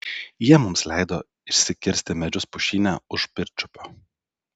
jie mums leido išsikirsti medžius pušyne už pirčiupio